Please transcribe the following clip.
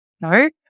No